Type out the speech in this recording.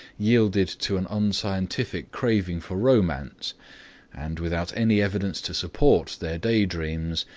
yielded to an unscientific craving for romance and, without any evidence to support their day dreams,